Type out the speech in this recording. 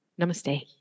Namaste